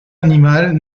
animal